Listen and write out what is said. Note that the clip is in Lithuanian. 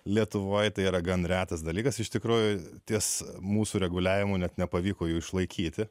lietuvoje tai yra gan retas dalykas iš tikrųjų ties mūsų reguliavimu net nepavyko jo išlaikyti